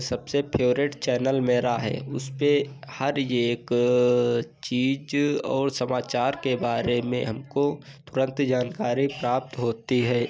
सबसे favourite channel मेरा है उसपर हर एक चीज़ और समाचार के बारे में हमको तुरन्त जानकारी प्राप्त होती है